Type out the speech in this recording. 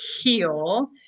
heal